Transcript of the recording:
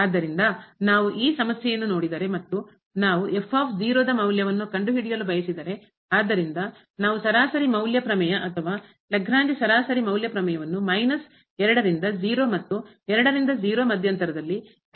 ಆದ್ದರಿಂದ ನಾವು ಈ ಸಮಸ್ಯೆಯನ್ನು ನೋಡಿದರೆ ಮತ್ತು ನಾವು ದ ಮೌಲ್ಯವನ್ನು ಕಂಡುಹಿಡಿಯಲು ಬಯಸಿದರೆ ಆದ್ದರಿಂದ ನಾವು ಸರಾಸರಿ ಮೌಲ್ಯ ಪ್ರಮೇಯ ಅಥವಾ ಲಾಗ್ರೇಂಜ್ ಸರಾಸರಿ ಮೌಲ್ಯ ಪ್ರಮೇಯವನ್ನು ರಿಂದ ಮತ್ತು ರಿಂದ ಮಧ್ಯಂತರದಲ್ಲಿ ಅನ್ವಯಿಸಬೇಕಾಗಿದೆ